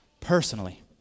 personally